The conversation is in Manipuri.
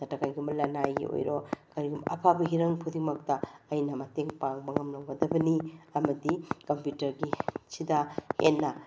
ꯅꯠꯇ꯭ꯔꯒ ꯀꯩꯒꯨꯝꯕ ꯂꯅꯥꯏꯒꯤ ꯑꯣꯏꯔꯣ ꯀꯔꯤꯒꯨꯝꯕ ꯑꯐꯕ ꯍꯤꯔꯝ ꯈꯨꯗꯤꯡꯃꯛꯇ ꯑꯩꯅ ꯃꯇꯦꯡ ꯄꯥꯡꯕ ꯉꯝꯂꯝꯒꯗꯕꯅꯤ ꯑꯃꯗꯤ ꯀꯝꯄ꯭ꯌꯨꯇ꯭ꯔꯒꯤ ꯁꯤꯗ ꯍꯦꯟꯅ